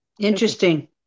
Interesting